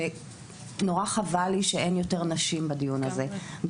שנורא חבל לי שאין יותר נשים בדיון הזה,